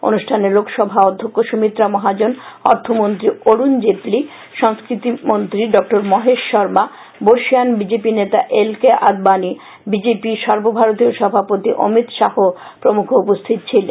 অনুষ্ঠানে লোকসভা অধ্যক্ষ সুমিত্রা মহাজন অর্থমন্ত্রী অরুণ জেটলী সংস্কৃতি মন্ত্রী ড মহেশ শর্মা বর্ষীয়ান বিজেপি নেতা এল কে আদবানী বিজেপি সর্বভারতীয় সভাপতি অমিত শাহ প্রমুখ উপস্থিত ছিলেন